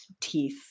teeth